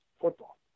football